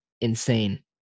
insane